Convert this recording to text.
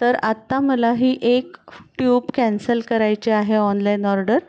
तर आत्ता मला ही एक ट्यूब कॅन्सल करायची आहे ऑनलाईन ऑर्डर